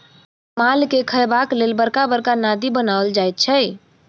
मालके खयबाक लेल बड़का बड़का नादि बनाओल जाइत छै